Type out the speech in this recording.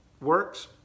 Works